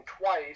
twice